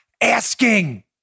asking